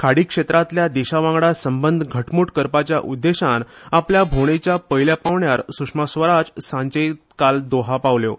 खाडी क्षेत्रांतल्या देशा वांगडा संबंद घटमूट करपाच्या उद्देशान आपल्या भोंवडेच्या पयल्या पांवड्यार सुषमा स्वराज काल सांजे दोहा पावल्यो